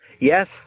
Yes